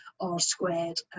R-squared